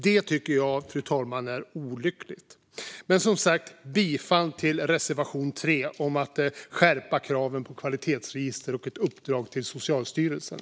Det är olyckligt, fru talman. Jag yrkar bifall till reservation 3 om att skärpa kraven på kvalitetsregister och att lämna ett uppdrag till Socialstyrelsen.